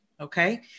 okay